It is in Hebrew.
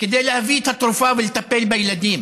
כדי להביא את התרופה ולטפל בילדים.